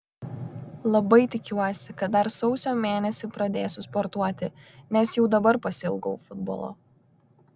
labai tikiuosi kad dar sausio mėnesį pradėsiu sportuoti nes jau dabar pasiilgau futbolo